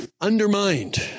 undermined